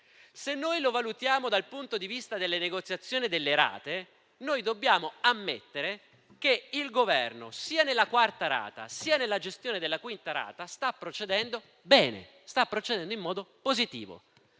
Se lo valutiamo dal punto di vista delle negoziazioni delle rate, dobbiamo ammettere che il Governo, sia nella quarta rata sia nella gestione della quinta rata, sta procedendo bene, in modo positivo.